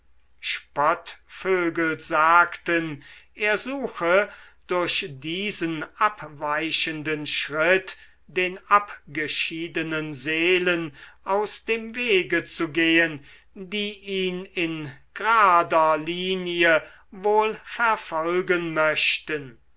spottvögel sagten er suche durch diesen abweichenden schritt den abgeschiedenen seelen aus dem wege zu gehen die ihn in grader linie wohl verfolgen möchten